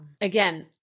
again